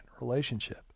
relationship